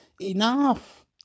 Enough